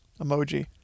emoji